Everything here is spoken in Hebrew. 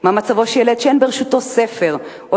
מה מצבו של ילד שאין ברשותו ספר או